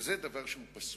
וזה דבר שהוא פסול.